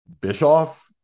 Bischoff